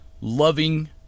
loving